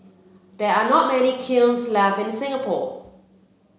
there are not many kilns left in Singapore